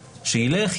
שילך,